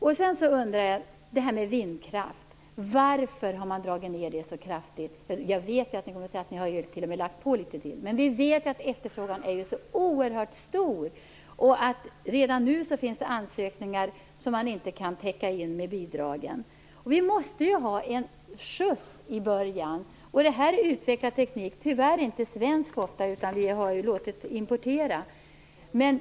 Jag undrar varför stödet till vindkraft har dragits ned så kraftigt. Jag vet att ni kommer att säga att ni t.o.m. har lagt på litet till. Men efterfrågan är så stor, och redan nu finns det ansökningar som inte kan täckas in med bidragen. Det måste vara en skjuts i början. Det här är utvecklad teknik, som tyvärr ofta inte är svensk utan importerad.